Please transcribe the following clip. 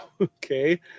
okay